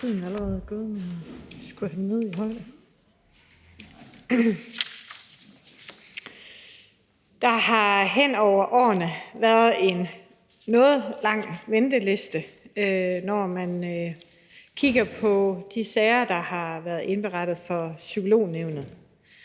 Der har hen over årene været en noget lang venteliste i forbindelse med de sager, der har været indberettet for Psykolognævnet.